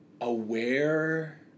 aware